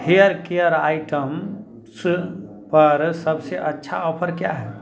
hair care item फ पर सबसे अच्छा ऑफर क्या है